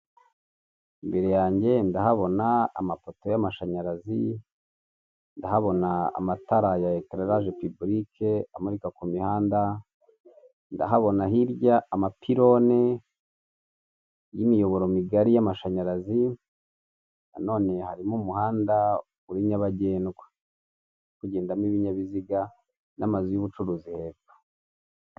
Imbere yanjye ndahabona amafoto y'amashanyarazi, ndahabona amatara ya eclarage publique amurika ku mihanda, ndahabona hirya amapironi y'imiyoboro migari y'amashanyarazi, nanone harimo umuhanda uri nyabagendwa, kugendamo ibinyabiziga n'amazu y'ubucuruzi hepfo.